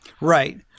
Right